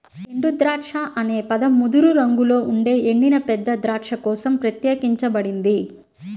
ఎండుద్రాక్ష అనే పదం ముదురు రంగులో ఉండే ఎండిన పెద్ద ద్రాక్ష కోసం ప్రత్యేకించబడింది